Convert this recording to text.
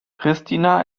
pristina